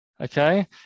Okay